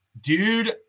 Dude